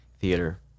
theater